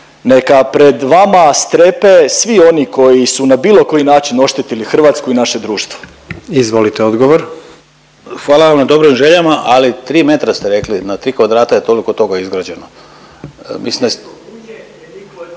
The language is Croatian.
Neka pred vama strepe svi oni koji su na bilo koji način oštetili Hrvatsku i naše društvo. **Jandroković, Gordan (HDZ)** Izvolite odgovor. **Turudić, Ivan** Hvala na dobrim željama, ali 3 metra ste rekli na 3 kvadrata je toliko toga izgrađeno,